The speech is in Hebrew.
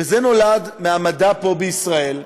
וזה נולד מהמדע פה, בישראל.